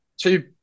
Two